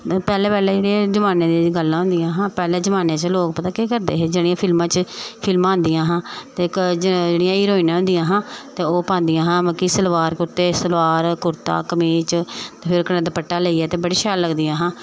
पैह्लें पैह्लें जेह्ड़े जमान्ने दियां जेह्ड़ियां गल्लां होंदिया हां पैह्लें जमान्ने च लोक पता केह् करदे हे जेह्ड़ियां फिल्में च फिल्मां आंदियां हां ते जेह्ड़ियां हीरोइनां होंदियाां हां ते ओह् पांदियां हां मतलब कि सलवार कुर्ते सलवार कुर्ता कमीच ते फिर कन्नै दपट्टा लेइयै ते बड़ी शैल लगदियां हां